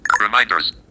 Reminders